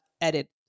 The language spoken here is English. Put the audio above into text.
edit